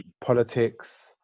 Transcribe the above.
politics